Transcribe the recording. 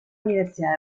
universidad